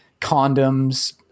condoms